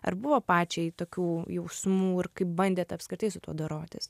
ar buvo pačiai tokių jausmų ir kaip bandėte apskritai su tuo dorotis